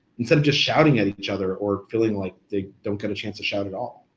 instead of just shouting at each other or feeling like they don't get a chance to shout at all.